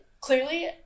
clearly